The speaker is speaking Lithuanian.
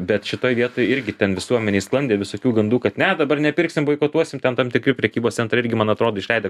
bet šitoj vietoj irgi ten visuomenėj sklandė visokių gandų kad ne dabar nepirksim boikotuosim ten tam tikri prekybos centrai irgi man atrodo išleido